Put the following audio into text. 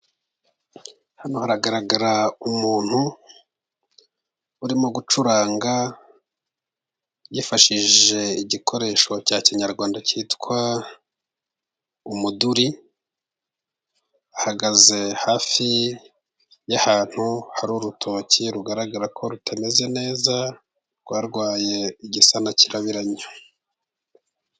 Hano haragaragara umuntu urimo gucuranga, yifashije igikoresho cya kinyarwanda cyitwa umuduri, ahagaze hafi y'ahantu hari urutoki, rugaragara ko rutameze neza, rwarwaye igisa na kirabiranya.